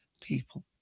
people